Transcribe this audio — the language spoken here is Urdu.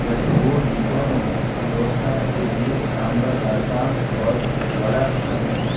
مشہور ڈشوں میں ڈوسا اڈلی سانبھر رسم اور وڑا شامل ہے